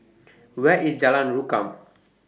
Where IS Jalan Rukam